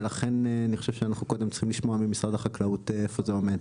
ולכן אני חושב שאנחנו קודם צריכים לשמוע ממשרד החקלאות איפה זה עומד.